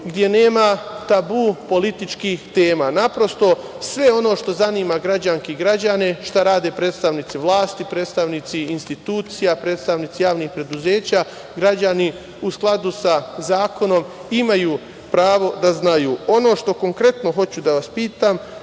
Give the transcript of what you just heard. gde nema tabu političkih tema. Naprosto, sve ono što zanima građanke i građane šta rade predstavnici vlasti, predstavnici institucija, predstavnici javnih preduzeća građani u skladu sa zakonom imaju pravo da znaju. Ono što konkretno hoću da vas pitam,